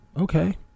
okay